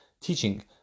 teaching